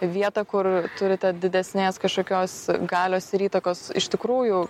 vietą kur turite didesnės kažkokios galios ir įtakos iš tikrųjų